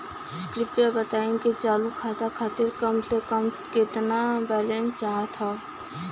कृपया बताई कि चालू खाता खातिर कम से कम केतना बैलैंस चाहत बा